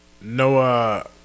Noah